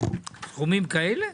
סכומים כאלה?